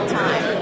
time